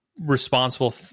responsible